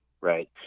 Right